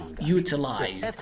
utilized